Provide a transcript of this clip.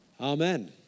Amen